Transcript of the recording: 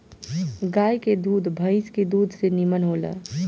गाय के दूध भइस के दूध से निमन होला